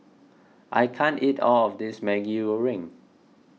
I can't eat all of this Maggi Goreng